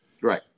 Right